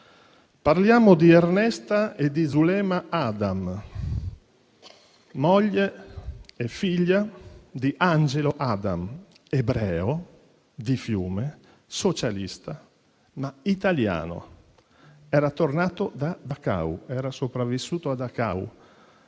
Parliamo di Ernesta e di Zulema Adam, moglie e figlia di Angelo Adam, ebreo di Fiume, socialista, ma italiano? Era tornato da Dachau, dov'era sopravvissuto (tatuato